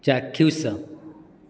ଚାକ୍ଷୁସ